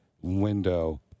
window